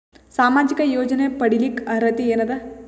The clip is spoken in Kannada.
ಸಾಮಾಜಿಕ ಯೋಜನೆ ಪಡಿಲಿಕ್ಕ ಅರ್ಹತಿ ಎನದ?